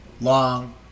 long